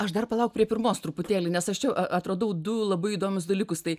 aš dar palauk prie pirmos truputėlį nes aš čia atradau du labai įdomius dalykus tai